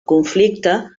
conflicte